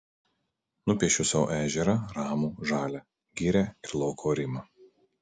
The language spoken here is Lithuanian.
nupiešiu sau ežerą ramų žalią girią ir lauko arimą